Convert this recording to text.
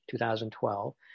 2012